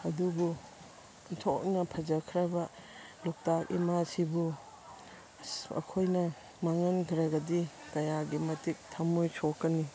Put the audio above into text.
ꯑꯗꯨꯕꯨ ꯑꯣꯟꯊꯣꯛꯅ ꯐꯖꯈ꯭ꯔꯕ ꯂꯣꯛꯇꯥꯛ ꯏꯃꯥꯁꯤꯕꯨ ꯑꯁ ꯑꯩꯈꯣꯏꯅ ꯃꯥꯡꯍꯟꯈ꯭ꯔꯒꯗꯤ ꯀꯌꯥꯒꯤ ꯃꯇꯤꯛ ꯊꯝꯃꯣꯏ ꯁꯣꯛꯀꯅꯤ